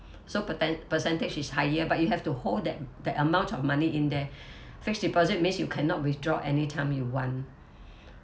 so paten~ percentage is higher but you have to hold that that amount of money in there fixed deposit means you cannot withdraw anytime you want